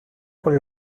con